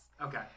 Okay